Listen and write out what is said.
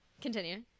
Continue